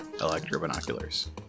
Electro-Binoculars